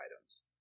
items